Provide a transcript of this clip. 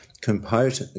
component